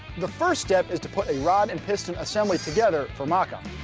the first step is to put a rod and piston assembly together for mock up.